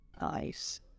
nice